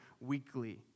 weekly